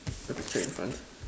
the picture in front